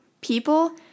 people